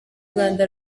rwanda